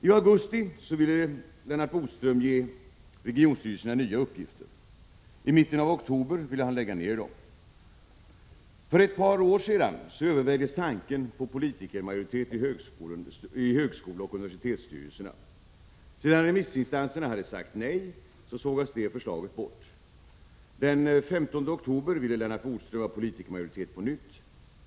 I augusti ville Lennart Bodström ge regionstyrelserna nya uppgifter. I mitten av oktober ville han lägga ned dem. För ett par år sedan övervägdes tanken på politikermajoritet i högskoleoch universitetsstyrelserna. Sedan remissinstanserna hade sagt nej, sågades det förslaget bort. Den 15 oktober ville Lennart Bodström ha politikermajoritet.